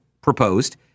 proposed